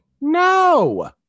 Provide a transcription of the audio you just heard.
no